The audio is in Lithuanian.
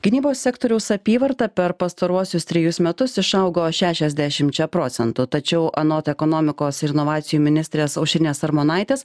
gynybos sektoriaus apyvarta per pastaruosius trejus metus išaugo šešiasdešimčia procentų tačiau anot ekonomikos ir inovacijų ministrės aušrinės armonaitės